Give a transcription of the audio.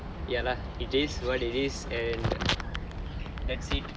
ya lah it is what it is and that's it